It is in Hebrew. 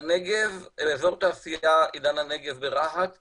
בנגב אזור התעשייה עידן הנגב ברהט מצליח,